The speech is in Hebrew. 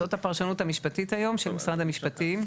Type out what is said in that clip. זו הפרשנות המשפטית היום של משרד המשפטים.